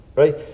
Right